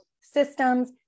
systems